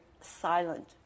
silent